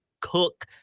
cook